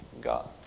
God